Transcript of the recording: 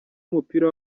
w’umupira